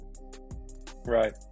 Right